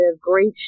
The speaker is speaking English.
Great